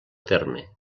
terme